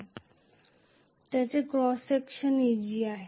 आणि ज्याचे cross section Ag आहे